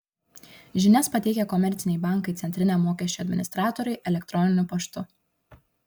žinias pateikia komerciniai bankai centriniam mokesčių administratoriui elektroniniu paštu